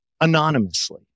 anonymously